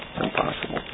impossible